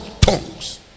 tongues